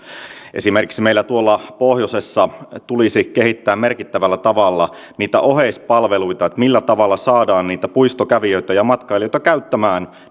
esimerkiksi meillä tuolla pohjoisessa tulisi kehittää merkittävällä tavalla niitä oheispalveluita millä tavalla saadaan niitä puistokävijöitä ja matkailijoita käyttämään